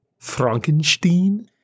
Frankenstein